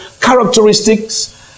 characteristics